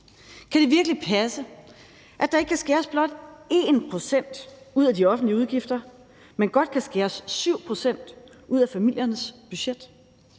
Kan det virkelig passe, at der ikke kan skæres blot 1 pct. ud af de offentlige udgifter, men godt kan skæres 7 pct. ud af familiernes budget?